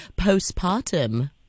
postpartum